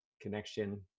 connection